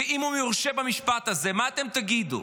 ואם הוא יורשע במשפט הזה, מה אתם תגידו?